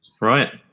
Right